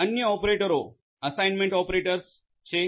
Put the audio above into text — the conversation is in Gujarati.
અન્ય ઓપરેટરો અસાઈન્મેન્ટ ઓપરેટર્સ છે